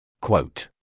Quote